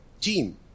team